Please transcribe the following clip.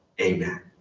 Amen